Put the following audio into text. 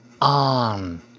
on